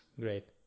Great